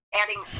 adding